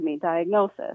diagnosis